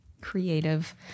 Creative